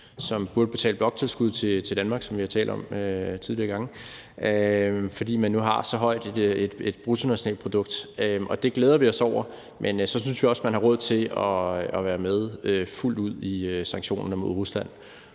som burde betale bloktilskud til Danmark, hvilket jeg har talt om tidligere, fordi man nu har så højt et bruttonationalprodukt. Det glæder vi os over, men så synes vi også, at man har råd til at være med fuldt ud i sanktionerne mod Rusland,